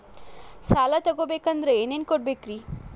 ಸಾಲ ತೊಗೋಬೇಕಂದ್ರ ಏನೇನ್ ಕೊಡಬೇಕ್ರಿ?